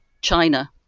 china